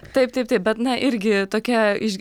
taip taip taip bet na irgi tokia iš